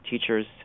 teachers